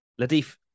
Ladif